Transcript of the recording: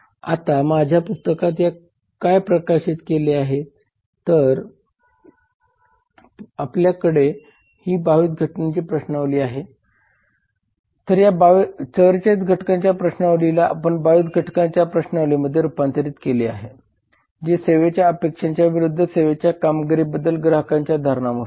आता माझ्या पुस्तकात काय प्रकाशित झाले आहे तर आपल्याकडे ही 22 घटकांची प्रश्नावली आहे तर या 44 घटकांच्या प्रश्नावलीला आपण 22 घटकांच्या प्रश्नावलीमध्ये रूपांतरित केली आहे जे सेवेच्या अपेक्षांच्या विरूद्ध सेवेच्या कामगिरीबद्दल ग्राहकांच्या धारणा मोजते